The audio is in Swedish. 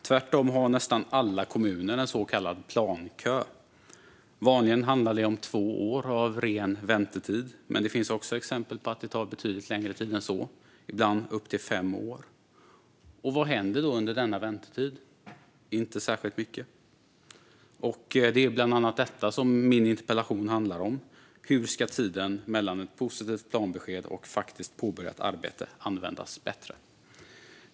Tvärtom har nästan alla kommuner en så kallad plan-kö. Vanligen handlar det om två år av ren väntetid, men det finns exempel på att det kan ta betydligt längre tid än så - ibland upp till fem år. Vad händer då under denna väntetid? Inte särskilt mycket, och det är bland annat det min interpellation handlar om: Hur ska tiden mellan ett positivt planbesked och faktiskt påbörjat arbete användas bättre?